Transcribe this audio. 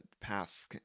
path